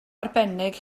arbennig